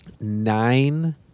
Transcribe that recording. nine